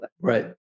Right